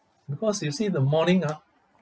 because you see the morning ah